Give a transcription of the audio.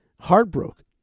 heartbroken